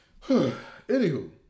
anywho